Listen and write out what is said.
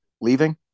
leaving